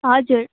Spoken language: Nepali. हजुर